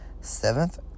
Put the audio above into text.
seventh